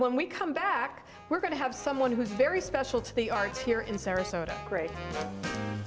when we come back we're going to have someone who's very special to the arts here in sarasota gre